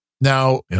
Now